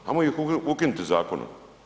Ajmo ih ukinuti zakonom.